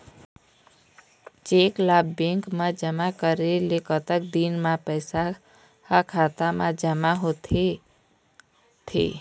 Cheque ला bank मा जमा करे के कतक दिन मा पैसा हा खाता मा जमा होथे थे?